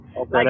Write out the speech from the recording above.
okay